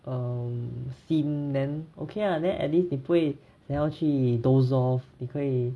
um theme then okay lah then at least 你不会想要去 doze off 你可以